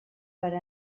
per